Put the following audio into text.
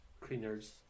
cleaners